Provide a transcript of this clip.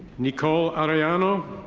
nicole arellano.